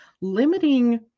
limiting